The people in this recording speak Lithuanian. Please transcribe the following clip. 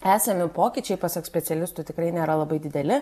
esami pokyčiai pasak specialistų tikrai nėra labai dideli